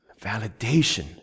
validation